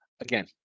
Again